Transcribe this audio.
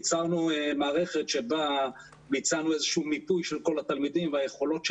ייצרנו מערכת שבה ביצענו איזשהו מיפוי של כל התלמידים והיכולות שלהם,